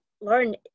Lauren